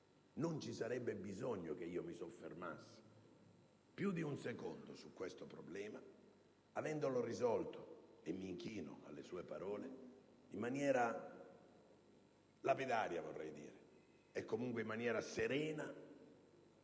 Non ci sarebbe bisogno che mi soffermassi più di un secondo su questo problema, avendolo risolto - e mi inchino alle sue parole - in maniera lapidaria, vorrei dire, e, comunque, serena